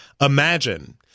Imagine